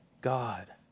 God